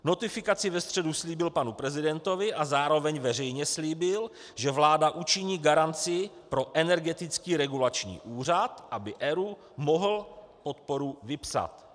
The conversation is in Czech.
Notifikaci ve středu slíbil panu prezidentovi a zároveň veřejně slíbil, že vláda učiní garanci pro Energetický regulační úřad, aby ERÚ mohl podporu vypsat.